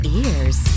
ears